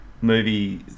movie